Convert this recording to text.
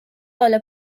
بالا